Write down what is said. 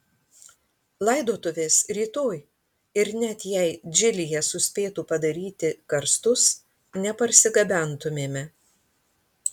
laidotuvės rytoj ir net jei džilyje suspėtų padaryti karstus neparsigabentumėme